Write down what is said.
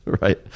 Right